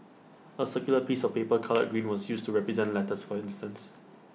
A circular piece of paper coloured green was used to represent lettuce for instance